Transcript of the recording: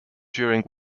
during